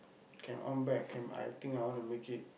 can on back can I think I wanna make it